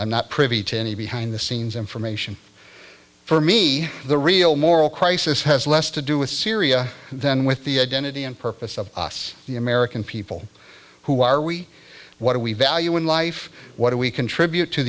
i'm not privy to any behind the scenes information for me the real moral crisis has less to do with syria then with the identity and purpose of us the american people who are we what do we value in life what do we contribute to